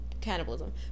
cannibalism